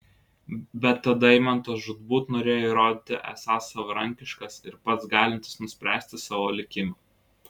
bet tada eimantas žūtbūt norėjo įrodyti esąs savarankiškas ir pats galintis nuspręsti savo likimą